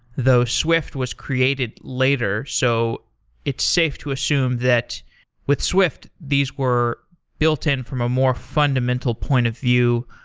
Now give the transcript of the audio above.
though swift was created later. so it's safe to assume that with swift, these were built in from a more fundamental point of view.